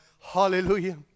Hallelujah